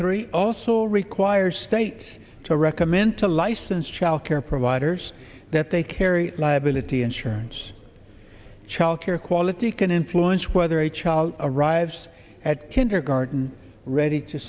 three also require states to recommend to license child care providers that they carry liability insurance child care quality can influence whether a child arrives at kindergarten ready to